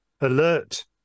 alert